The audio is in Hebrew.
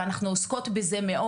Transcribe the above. ואנחנו עוסקות בזה מאוד,